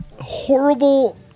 horrible